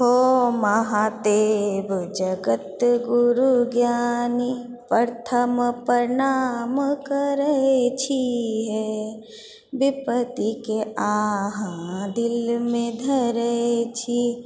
ओ महादेव जगत गुरु ज्ञानी प्रथम प्रणाम करै छी हे विपति के आहाँ दिलमे धरै छी